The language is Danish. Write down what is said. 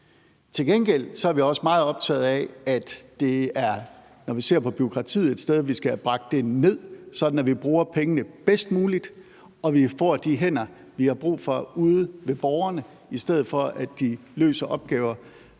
Til gengæld er vi også meget optaget af, at vi skal have nedbragt bureaukratiet, sådan at vi bruger pengene bedst muligt, og at vi får de hænder, vi har brug for, ude hos borgerne, i stedet for at de løser opgaver